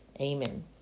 Amen